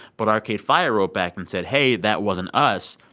but arcade fire wrote back and said, hey, that wasn't us.